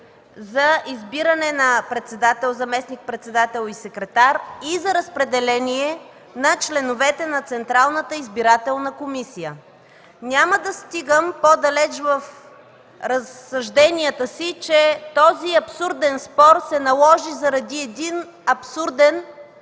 за избиране на председател, заместник-председател и секретар и за разпределение на членовете на Централната избирателна комисия. Няма да стигам по-далеч в разсъжденията си, че този абсурден спор се наложи заради един абсурден